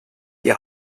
die